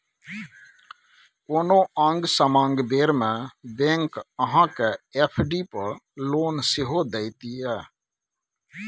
कोनो आंग समांग बेर मे बैंक अहाँ केँ एफ.डी पर लोन सेहो दैत यै